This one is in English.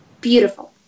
beautiful